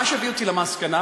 מה שהביא אותי למסקנה,